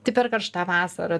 tai per karšta vasara